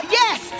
yes